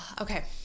okay